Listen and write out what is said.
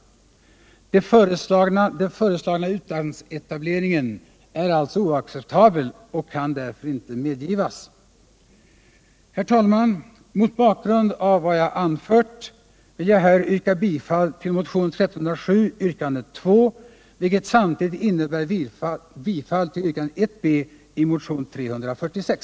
Den föreslagna utlandsetableringen är alltså oacceptabel och kan inte medgivas. Herr talman! Mot bakgrund av vad jag anfört vill jag här hemställa om bifall till yrkande 2 i motionen 1307, vilket innebär bifall även till yrkande 1 bi motionen 346.